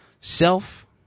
self